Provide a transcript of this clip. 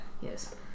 Yes